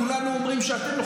כולנו אומרים שאתם,